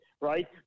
right